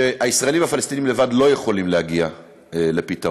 שהישראלים והפלסטינים לבד לא יכולים להגיע לפתרון,